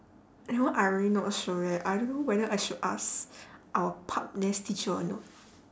that one I really not sure eh I don't know whether I should ask our teacher or not